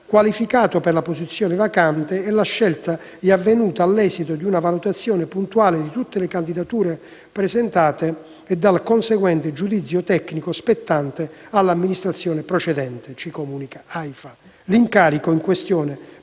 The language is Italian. qualificato per la posizione vacante e la scelta è avvenuta all'esito di una valutazione puntuale di tutte le candidature presentate e del conseguente giudizio tecnico, spettante all'amministrazione procedente, come comunica l'Aifa. L'incarico in questione,